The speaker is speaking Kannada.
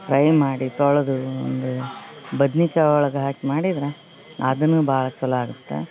ಪ್ರೈ ಮಾಡಿ ತೊಳೆದು ಒಂದು ಬದ್ನಿಕಾಯ್ ಒಳಗ ಹಾಕಿ ಮಾಡಿದ್ರ ಅದುನು ಭಾಳ ಚಲೋ ಆಗುತ್ತೆ